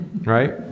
right